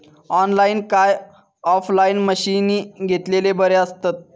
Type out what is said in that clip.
Online काय offline मशीनी घेतलेले बरे आसतात?